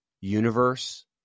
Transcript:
universe